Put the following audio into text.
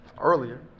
earlier